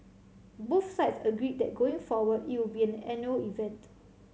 both sides agreed that going forward it would be an annual event